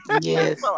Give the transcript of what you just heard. Yes